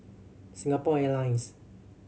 Singapore Airlines